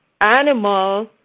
animal